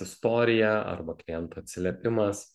istorija arba kliento atsiliepimas